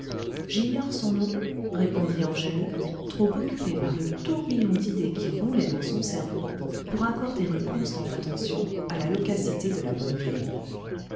j'ignore son nom répondit angèle trop occupée par le tourbillon d'idées qui roulaient dans son cerveau pour accorder une constante attention à la loquacité de la bonne vieille